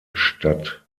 statt